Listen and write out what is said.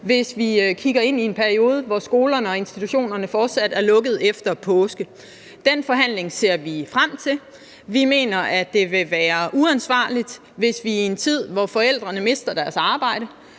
hvis vi kigger ind i en periode, hvor skolerne og institutionerne fortsat er lukket efter påske. Den forhandling ser vi frem til. Vi mener, at det vil være uansvarligt at gøre andet i en tid, hvor forældrene mister deres arbejde,